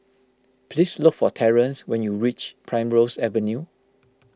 please look for Terrance when you reach Primrose Avenue